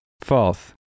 False